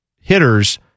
hitters